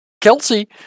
Kelsey